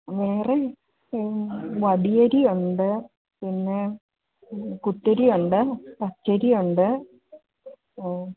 വേറെ വടിയരിയുണ്ട് പിന്നെ കുത്തരിയുണ്ട് പച്ചരിയുണ്ട് ഓ